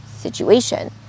situation